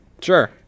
Sure